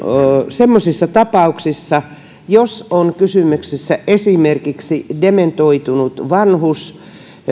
semmoisissa tapauksissa kun on kysymyksessä esimerkiksi dementoitunut vanhus